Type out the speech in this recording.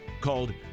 called